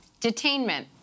Detainment